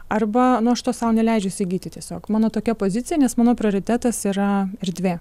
arba nu aš to sau neleidžiu įsigyti tiesiog mano tokia pozicija nes mano prioritetas yra erdvė